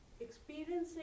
experiencing